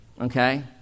Okay